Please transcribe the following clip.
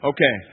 Okay